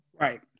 Right